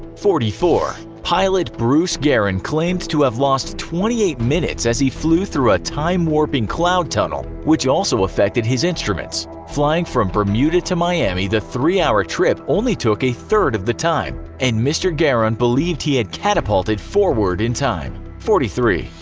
forty four. pilot bruce gernon and claimed to have lost twenty eight minutes as he flew through a time-warping cloud tunnel which also affected his instruments. flying from bermuda to miami, the three hour trip only took a third of the time, and mr. gernon believed he had catapulted forward in time. forty three.